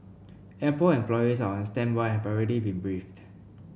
apple employees are on standby and have already been briefed